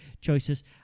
choices